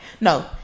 no